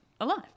Alive